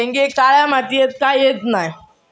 शेंगे काळ्या मातीयेत का येत नाय?